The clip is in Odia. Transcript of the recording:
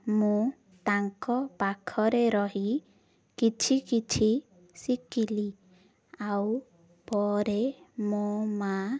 ମୁଁ ତାଙ୍କ ପାଖରେ ରହି କିଛି କିଛି ଶିଖିଲି ଆଉ ପରେ ମୋ ମା